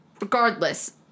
Regardless